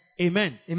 Amen